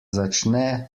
začne